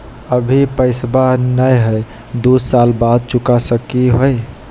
अभि पैसबा नय हय, दू साल बाद चुका सकी हय?